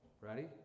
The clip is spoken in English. ready